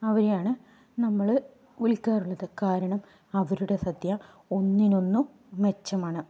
അവരെയാണ് നമ്മൾ വിളിക്കാറുള്ളത് കാരണം അവരുടെ സദ്യ ഒന്നിനൊന്നു മെച്ചമാണ്